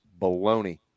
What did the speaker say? Baloney